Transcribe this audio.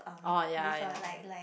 oh ya ya